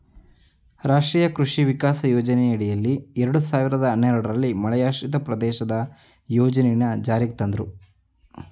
ರಾಷ್ಟ್ರೀಯ ಕೃಷಿ ವಿಕಾಸ ಯೋಜನೆಯಡಿಯಲ್ಲಿ ಎರಡ್ ಸಾವಿರ್ದ ಹನ್ನೆರಡಲ್ಲಿ ಮಳೆಯಾಶ್ರಿತ ಪ್ರದೇಶದ ಯೋಜನೆನ ಜಾರಿಗ್ ತಂದ್ರು